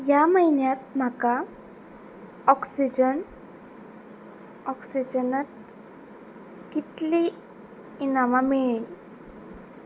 ह्या म्हयन्यांत म्हाका ऑक्सिजन ऑक्सिजनांत कितली इनामां मेळ्ळी